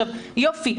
יופי,